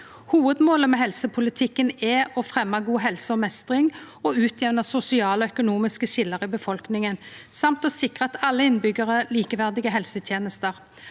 Hovudmålet med helsepolitikken er å fremje god helse og meistring og utjamne sosiale og økonomiske skilje i befolkninga, og å sikre alle innbyggjarar likeverdige helsetenester.